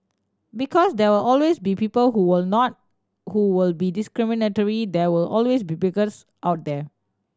because there will always be people who will not who will be discriminatory there will always be bigots out there